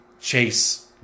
Chase